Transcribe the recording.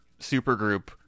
supergroup